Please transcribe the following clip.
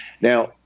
Now